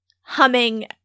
humming